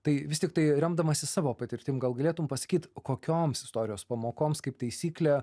tai vis tiktai remdamasis savo patirtim gal galėtum pasakyt kokioms istorijos pamokoms kaip taisyklė